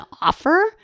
offer